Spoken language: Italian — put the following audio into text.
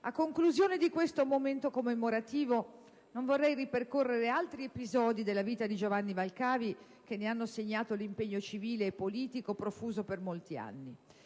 a conclusione di questo momento commemorativo non vorrei ripercorre altri episodi della vita di Giovanni Valcavi, che ne hanno segnato l'impegno civile e politico profuso per molti anni.